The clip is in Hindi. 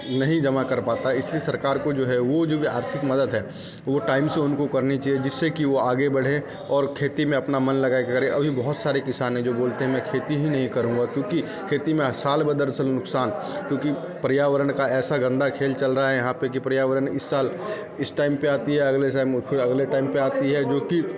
नहीं जमा कर पाता इसलिए सरकार को जो है वह जो आर्थिक मदद है वह टाइम से उनको करनी चहिए जिससे कि वह आगे बढ़े और खेती में अपना मन लगा कर करे अभी बहुत सारे किसान है जो बोलते हैं मैं खेती ही नहीं करूँगा क्योंकि खेती में साल दर साल नुकसान क्योंकि पर्यावरण का ऐसा गंदा खेल चल रहा है यहाँ पर की पर्यावरण इस साल इस टाइम पर आती है अगले साल अगले टाइम पर आती है जो कि